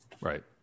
Right